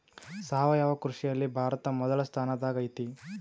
ಸಾವಯವ ಕೃಷಿಯಲ್ಲಿ ಭಾರತ ಮೊದಲ ಸ್ಥಾನದಾಗ್ ಐತಿ